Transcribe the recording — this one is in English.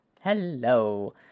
hello